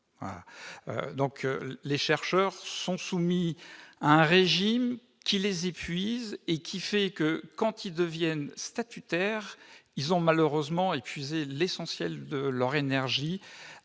Les chercheurs sont soumis à un régime qui les épuise. Aussi, lorsqu'ils obtiennent un statut, ils ont malheureusement dépensé l'essentiel de leur énergie